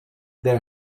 their